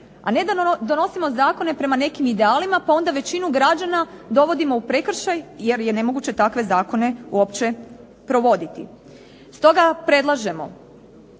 a ne da donosimo zakone prema nekim idealima, pa onda većinu građana dovodimo u prekršaj jer je nemoguće takve zakone uopće provoditi. Stoga predlažemo